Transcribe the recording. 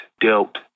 dealt